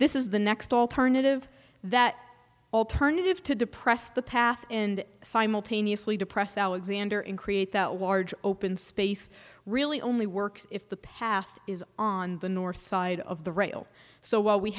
this is the next alternative that alternative to depress the path and simultaneously depress alexander and create the open space really only works if the path is on the north side of the rail so while we